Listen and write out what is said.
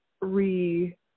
re-